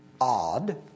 odd